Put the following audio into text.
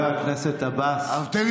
חבר הכנסת עבאס, די.